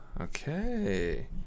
okay